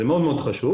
זה מאוד מאוד חשוב.